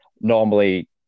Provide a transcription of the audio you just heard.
normally